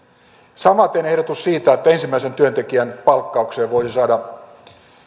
samaten ehdotus siitä että ensimmäisen työntekijän palkkaukseen voisi saada